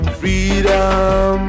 freedom